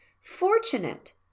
Fortunate